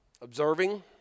observing